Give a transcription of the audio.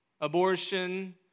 abortion